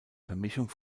vermischung